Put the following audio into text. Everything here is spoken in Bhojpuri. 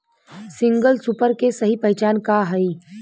सिंगल सुपर के सही पहचान का हई?